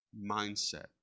mindset